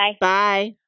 Bye